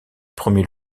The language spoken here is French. premier